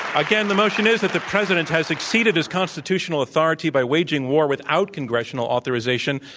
again, the motion is that the president has exceeded his constitutional authority by waging war without congressional authorization.